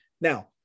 now